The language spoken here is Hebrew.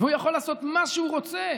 והוא יכול לעשות מה שהוא רוצה.